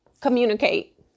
communicate